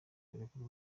kurekura